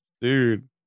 dude